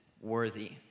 worthy